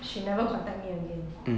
she never contact me again